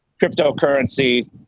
cryptocurrency